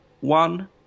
one